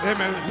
Amen